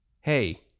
Hey